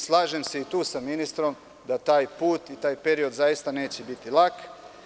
Slažem se i tu sa ministrom da taj put i taj period zaista neće biti lak.